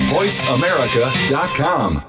VoiceAmerica.com